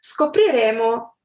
scopriremo